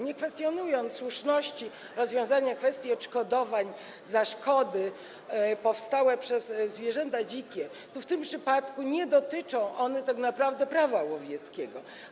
Nie kwestionując słuszności rozwiązania kwestii odszkodowań za szkody spowodowane przez zwierzęta dzikie - w tym przypadku nie dotyczą one tak naprawdę Prawa łowieckiego.